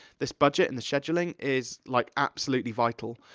this budget, and this scheduling, is, like, absolutely vital.